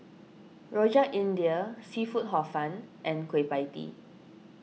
Rojak India Seafood Hor Fun and Kueh Pie Tee